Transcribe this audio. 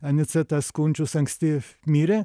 anicetas kunčius anksti mirė